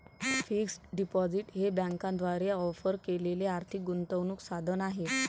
fixed deposit हे बँकांद्वारे offer केलेले आर्थिक गुंतवणूक साधन आहे